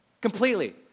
Completely